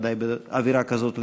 בוודאי באווירה כזאת,